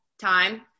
time